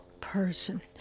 person